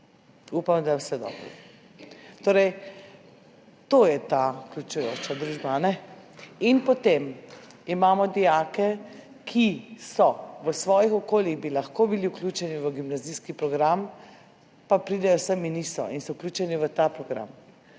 Upam, da je vse dobro. Torej, to je ta vključujoča družba, ali ne? In potem imamo dijake, ki bi v svojih okoljih lahko bili vključeni v gimnazijski program, pa pridejo sem in niso in so vključeni v ta program,